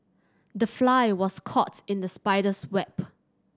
the fly was caught in the spider's web